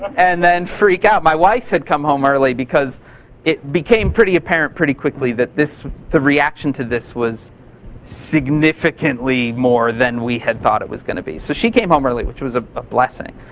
and then freak out. my wife had come home early because it became pretty apparent pretty quickly that this, the reaction to this was significantly more than we had thought it was gonna be. so she came home early, which was ah a blessing.